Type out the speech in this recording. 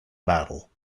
battle